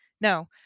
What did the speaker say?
no